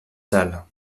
salles